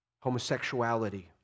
homosexuality